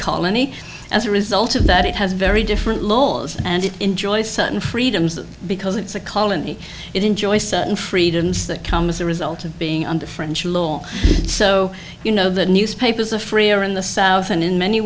colony as a result of that it has very different laws and it enjoys certain freedoms because it's a colony it enjoys certain freedoms that come as a result of being under french law so you know the newspapers are free or in the south and in many